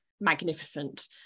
magnificent